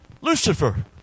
Lucifer